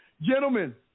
Gentlemen